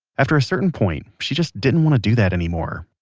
after a certain point she just didn't want to do that anymore.